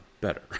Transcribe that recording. better